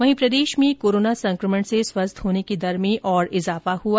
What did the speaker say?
वहीं प्रदेश में कोरोना संकमण से स्वस्थ होने की दर में और बढ़ोतरी हुई